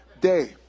day